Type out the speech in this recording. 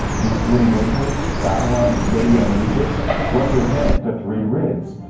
these three nations, babylon, lydia and egypt represent the three ribs.